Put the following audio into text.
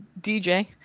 DJ